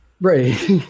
Right